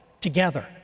together